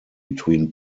between